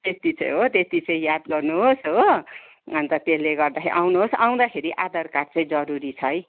त्यति चाहिँ हो त्यति चाहिँ याद गर्नु होस् हो अन्त त्यसले गर्दाखेरि आउनु होस् आउँदाखेरि आधार कार्ड चाहिँ जरुरी छ है